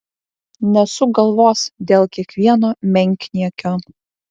nesuk galvos dėl kiekvieno menkniekio